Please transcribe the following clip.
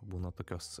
būna tokios